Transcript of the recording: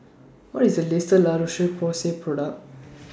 What IS The latest La Roche Porsay Product